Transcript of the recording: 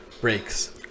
breaks